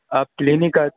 آپ کلینک آ